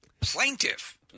Plaintiff